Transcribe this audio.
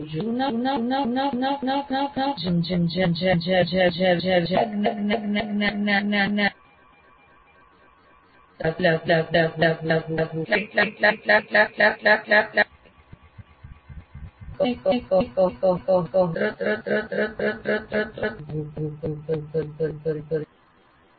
આપણે આ જ્ઞાનને થોડા દિવસો પછી અથવા કદાચ સેમેસ્ટર ના અંતે લાગુ કરીશું અથવા કેટલીકવાર એવા કેટલાક અભ્યાસક્રમો હોય છે જ્યાં આપ અટકી જાઓ છો અને કહો છો કે આપણે આ જ્ઞાનને 3 સેમેસ્ટર પછીના અભ્યાસક્રમમાં લાગુ કરીશું